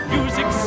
Music